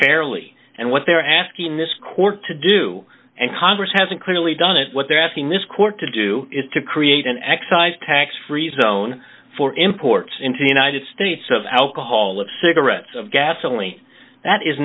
fairly and what they're asking this court to do and congress hasn't clearly done it what they're asking this court to do is to create an excise tax free zone for imports into the united states of alcohol the cigarettes of gasoline that is